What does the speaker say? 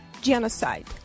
genocide